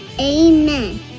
Amen